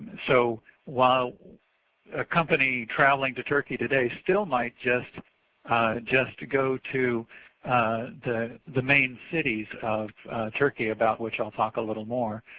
so while a company traveling to turkey today still might just just go to the the main cities of turkey about which iill talk a little more.